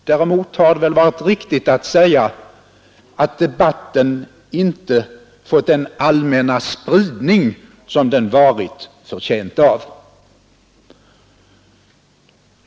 Däremot har det väl varit riktigt att säga att debatten inte fått den allmänna spridning som den varit förtjänt av.